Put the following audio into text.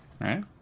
Right